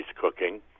cooking